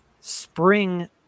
spring